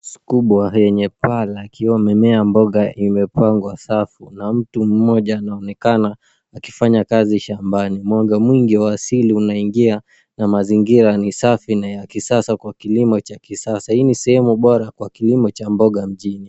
Soko kubwa lenye paa la kioo imimea mboga imepandwa safi. Kuna mtu mmoja anaonekana akifanya kazi shambani. Mwanga mwingi wa asili inaingia na mazingira ni safi na ya kisasa kwa kilimo cha kisasa. Hii ni sehemu bora kwa kilimo cha mboga mjini.